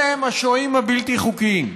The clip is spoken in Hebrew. אלה הם השוהים הבלתי-חוקיים.